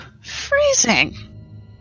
freezing